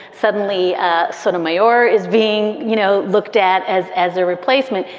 suddenly ah sotomayor is being, you know, looked at as as a replacement.